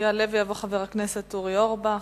יעלה ויבוא חבר הכנסת אורי אורבך.